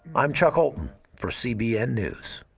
i'm chuck holton for cbn news.